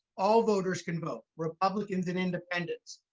all voters can vote, republicans and independents.